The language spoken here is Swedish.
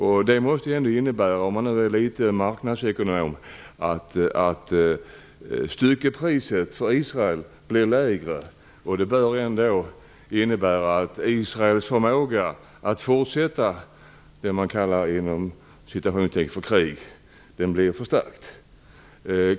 Om man nu är litet av marknadsekonom kan man då räkna ut att styckepriset för Israel blir lägre, vilket bör innebära att Israels förmåga att fortsätta sitt s.k. krig blir förstärkt.